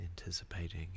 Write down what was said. anticipating